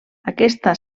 aquesta